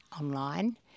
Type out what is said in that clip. online